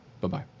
Bye-bye